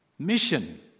mission